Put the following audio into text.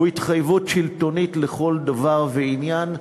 הוא התחייבות שלטונית לכל דבר ועניין.